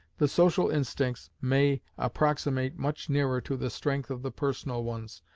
the social instincts may approximate much nearer to the strength of the personal ones,